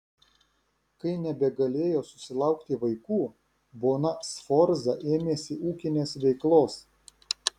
kai nebegalėjo susilaukti vaikų bona sforza ėmėsi ūkinės veiklos